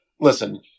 listen